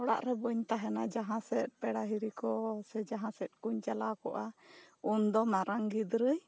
ᱚᱲᱟᱜ ᱨᱮ ᱵᱟᱹᱧ ᱛᱟᱦᱮᱱᱟ ᱡᱟᱦᱟᱸ ᱥᱮᱫ ᱯᱮᱲᱟ ᱦᱤᱨᱤ ᱠᱚ ᱥᱮ ᱡᱟᱦᱟᱸ ᱥᱮᱫ ᱠᱟᱹᱧ ᱪᱟᱞᱟᱣ ᱠᱚᱜᱼᱟ ᱩᱱ ᱫᱚ ᱢᱟᱨᱟᱝ ᱜᱤᱫᱽᱨᱟᱹ